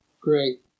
Great